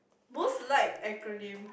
most like acronym